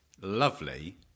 lovely